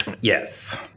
yes